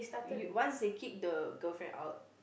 y~ once they kick the girlfriend out